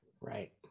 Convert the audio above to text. Right